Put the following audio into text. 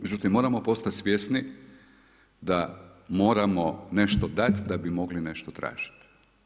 Međutim, moramo postati svjesni da moramo nešto dati da bi mogli nešto tražiti.